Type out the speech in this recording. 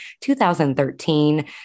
2013